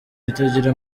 itagira